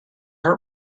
hurt